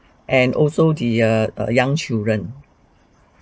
and also the err err young children